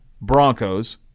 Broncos